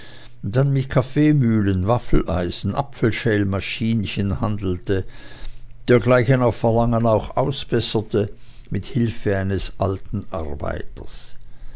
dann mit kaffeemühlen waffeleisen äpfelschälmaschinchen handelte dergleichen auf verlangen auch ausbesserte mit hilfe eines alten arbeiters